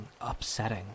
upsetting